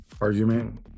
argument